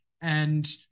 And-